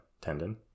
tendon